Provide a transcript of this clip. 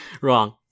Wrong